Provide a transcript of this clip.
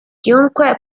chiunque